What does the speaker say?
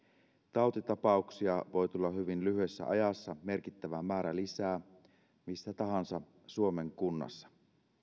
tautitapauksia voi tulla hyvin lyhyessä ajassa merkittävä määrä lisää missä tahansa suomen kunnassa